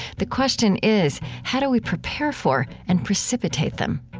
the question is, how do we prepare for and precipitate them?